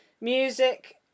music